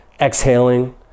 exhaling